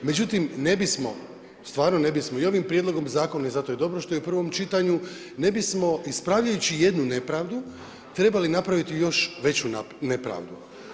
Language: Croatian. Međutim, ne bismo stvarno ne bismo i ovim prijedlogom zakona i zato je dobro što je u prvom čitanju, ne bismo ispravljajući jednu nepravdu trebali napraviti još veću nepravdu.